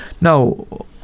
Now